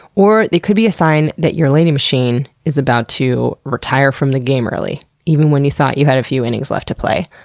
or they could be a sign that your lady machine is about to retire from the game early, even when you thought you had a few innings left to play.